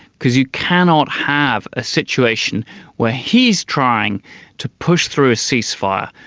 because you cannot have a situation where he's trying to push through a ceasefire,